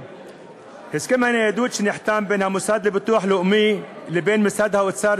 הסכם הניידות שנחתם בין המוסד לביטוח לאומי לבין משרד האוצר,